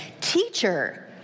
teacher